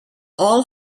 all